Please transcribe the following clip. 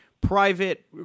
private